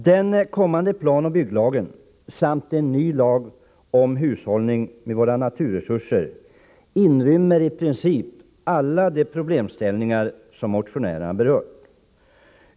Den kommande planoch bygglagen samt en ny lag om hushållning med våra naturresurser inrymmer i princip alla de problemställningar som motionärerna berört.